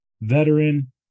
veteran